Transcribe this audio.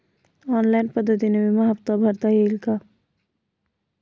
Online पद्धतीने विमा हफ्ता भरता येईल का?